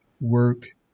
work